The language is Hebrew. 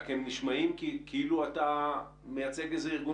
נשמעים כאילו אתה מייצג איזה ארגון